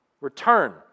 return